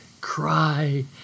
cry